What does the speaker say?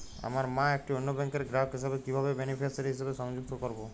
আমার মা একটি অন্য ব্যাংকের গ্রাহক হিসেবে কীভাবে বেনিফিসিয়ারি হিসেবে সংযুক্ত করব?